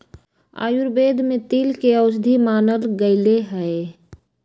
आयुर्वेद में तिल के औषधि मानल गैले है